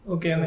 Okay